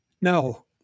No